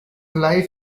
life